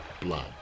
blood